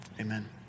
Amen